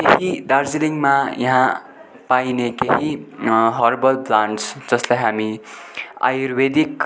केही दार्जिलिङमा यहाँ पाइने केही हर्बल प्लान्टस् जसलाई हामी आयुर्वेदिक